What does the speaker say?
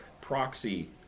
proxy